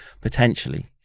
Potentially